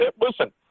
listen